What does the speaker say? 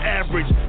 average